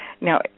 Now